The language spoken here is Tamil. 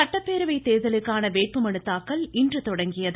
சட்டப்பேரவை தேர்தலுக்கான வேட்புமனு தாக்கல் இன்று தொடங்கியது